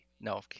No